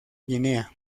guinea